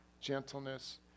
gentleness